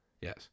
Yes